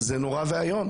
זה נורא ואיום.